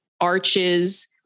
arches